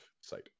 site